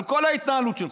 על כל ההתנהלות שלך.